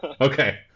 Okay